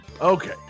Okay